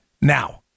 Now